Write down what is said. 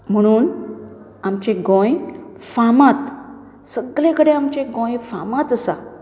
म्हणून आमचें गोंय फामाद सगलें कडेन आमचें गोंय फामाद आसा